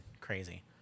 crazy